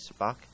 Spock